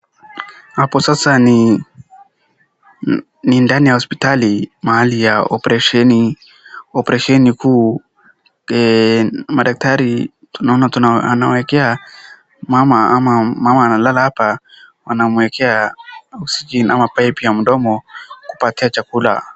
Hapo sasa ni ndani hosiptali, mahali ya operesheni. Operesheni kuu, madaktari tunaona wanawawekea, mama ama mama analala hapa wanamwekea oksijeni ama paipu ya mdomo kupatia chakula.